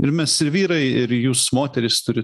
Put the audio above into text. ir mes ir vyrai ir jūs moterys turit